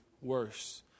worse